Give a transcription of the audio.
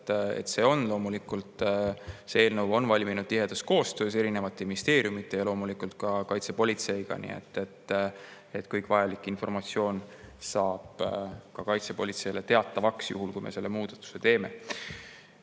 minister vastas, et see eelnõu on valminud tihedas koostöös erinevate ministeeriumide ja loomulikult ka kaitsepolitseiga, nii et kogu vajalik informatsioon saab ka kaitsepolitseile teatavaks, juhul kui me selle muudatuse teeme.